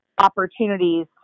opportunities